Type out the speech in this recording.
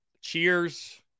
cheers